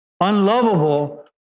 unlovable